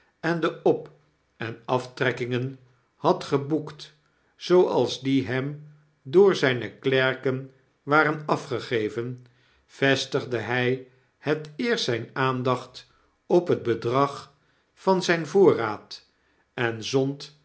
en de op en aftrekkingen had geboekt zooals die hem door zyne klerken waren afgegeven vestigde hy het eerst zyne aandacht op het bedrag van zijn voorraad en zond